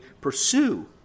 pursue